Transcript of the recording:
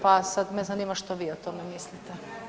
Pa sada me zanima što vi o tome mislite.